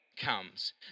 comes